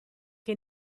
che